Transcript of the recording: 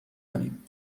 کنیم